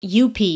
UP